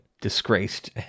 disgraced